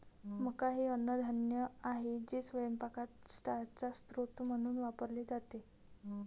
मका हे अन्नधान्य आहे जे स्वयंपाकात स्टार्चचा स्रोत म्हणून वापरले जाते